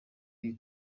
iri